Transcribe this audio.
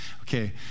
Okay